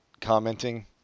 commenting